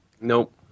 nope